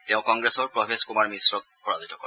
তেওঁ কংগ্ৰেছৰ প্ৰভেশ কুমাৰ মিশ্ৰক পৰাজিত কৰে